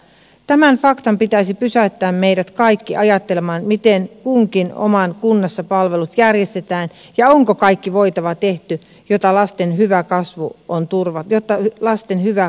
tämän faktan pitäisi pysäyttää meidät kaikki ajattelemaan miten kunkin omassa kunnassa palvelut järjestetään ja onko kaikki voitava tehty jotta lasten hyvä kasvu on turvattu